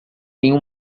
tenho